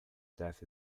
death